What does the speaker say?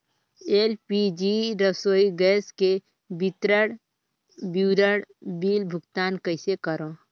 LPG रसोई gas के विवरण बिल भुगतान कइसे करों?